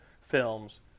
films